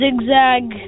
zigzag